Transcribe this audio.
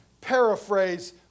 paraphrase